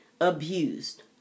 abused